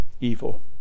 evil